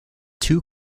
two